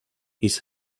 his